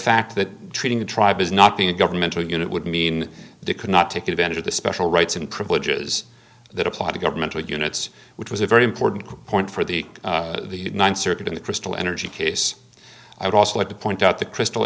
fact that treating the tribe is not being a governmental unit would mean they could not take advantage of the special rights and privileges that apply to governmental units which was a very important point for the ninth circuit in the crystal energy case i'd also like to point out the crystal